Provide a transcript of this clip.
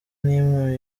n’imwe